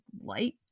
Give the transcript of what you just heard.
light